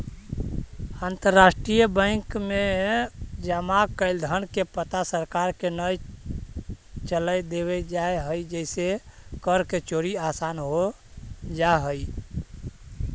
अंतरराष्ट्रीय बैंक में जमा कैल धन के पता सरकार के न चले देवल जा हइ जेसे कर के चोरी आसान हो जा हइ